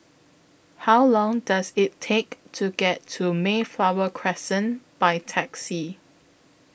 How Long Does IT Take to get to Mayflower Crescent By Taxi